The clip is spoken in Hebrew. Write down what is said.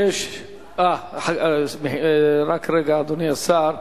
חבר הכנסת נסים זאב.